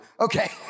Okay